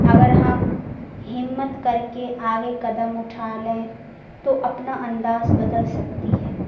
اگر ہم ہمت کر کے آگے قدم اٹھا لیں تو اپنا انداز بدل سکتی ہیں